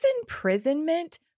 imprisonment